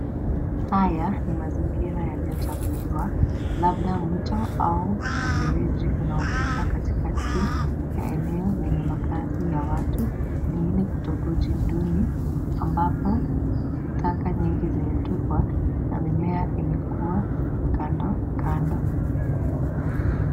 Haya ni mazingira yaliyochafuliwa labda mto au mfereji unaopita katikati ya eneo lenye makazi ya watu pengine kitongoji duni ambapo taka nyingi zimetupwa na mimea imekua kando kando.